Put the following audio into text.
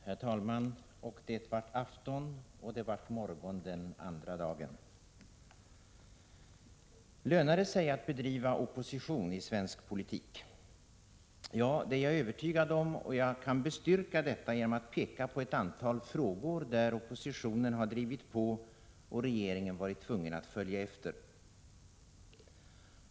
Herr talman! Och det vart afton, och det vart morgon den andra dagen. Lönar det sig att bedriva opposition i svensk politik? Ja, det är jag övertygad om, och jag kan bestyrka detta genom att peka på ett antal frågor där oppositionen har drivit på och regeringen varit tvungen att följa efter.